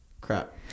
crap